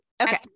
Okay